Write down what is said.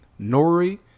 nori